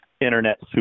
Internet